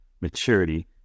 maturity